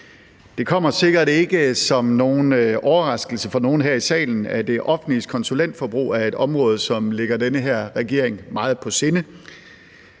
Det kommer sikkert ikke som en overraskelse for nogen her i salen, at det offentliges konsulentforbrug er et område, som ligger den her regering meget på sinde.